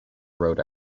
road